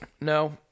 No